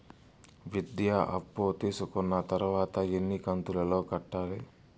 విద్య అప్పు తీసుకున్న తర్వాత ఎన్ని కంతుల లో కట్టాలి?